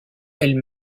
elle